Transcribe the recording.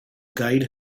guide